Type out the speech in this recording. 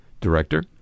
director